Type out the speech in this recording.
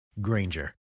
Granger